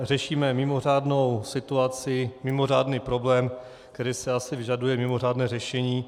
Řešíme mimořádnou situaci, mimořádný problém, který si asi vyžaduje mimořádné řešení.